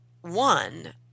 one